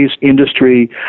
industry